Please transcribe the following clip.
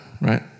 right